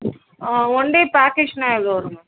ஆ one day பேக்கேஜ்னா எவ்வளோ வரும் மேம்